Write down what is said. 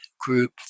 group